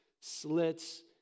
slits